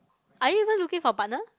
are you even looking for partner